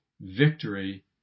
victory